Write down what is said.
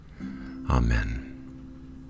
Amen